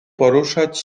poruszać